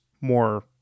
more